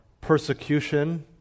persecution